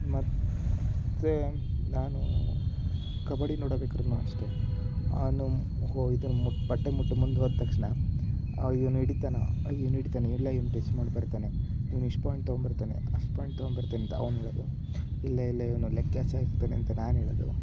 ಮತ್ತೆ ನಾನು ಕಬಡ್ಡಿ ನೋಡಬೇಕಾದ್ರು ಅಷ್ಟೇ ಇದು ಮು ಪಟ್ಟಿ ಮುಟ್ಟಿ ಮುಂದೆ ಹೋದ ತಕ್ಷಣ ಇವನು ಹಿಡಿತಾನೋ ಇವನು ಹಿಡಿತಾನೆ ಇಲ್ಲ ಹಿಂದೆ ಟೆಚ್ ಮಾಡಿಬರ್ತಾನೆ ಇವನು ಇಷ್ಟು ಪಾಯಿಂಟ್ ತಗೊಂಬರ್ತಾನೆ ಅಷ್ಟು ಪಾಯಿಂಟ್ ತಗೊಂಬರ್ತಾನೆ ಅಂತ ಅವನು ಹೇಳೋದು ಇಲ್ಲ ಇಲ್ಲ ಇವನು ಲೆಗ್ ಕ್ಯಾಚ್ ಆಗ್ತಾನೆ ಅಂತ ನಾನು ಹೇಳೋದು